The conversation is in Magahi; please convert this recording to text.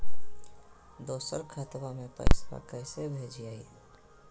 दोसर खतबा में पैसबा कैसे भेजिए?